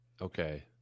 Okay